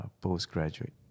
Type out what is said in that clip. postgraduate